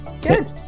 Good